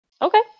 okay